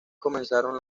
comenzaron